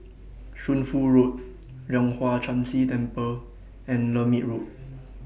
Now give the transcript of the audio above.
Shunfu Road Leong Hwa Chan Si Temple and Lermit Road